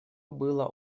было